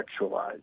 sexualized